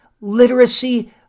literacy